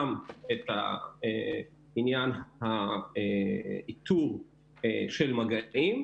גם את עניין האיתור של מגעים,